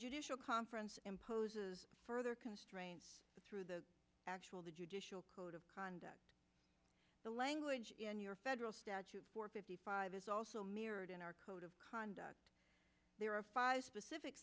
judicial conference imposes further constraints through the actual code of conduct the language or federal statute four fifty five is also mirrored in our code of conduct there are five specific